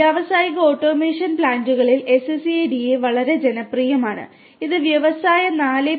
വ്യാവസായിക ഓട്ടോമേഷൻ പ്ലാന്റുകളിൽ SCADA വളരെ ജനപ്രിയമാണ് ഇത് വ്യവസായ 4